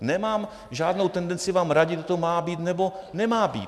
Nemám žádnou tendenci vám radit, kdo to má být nebo nemá být.